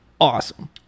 awesome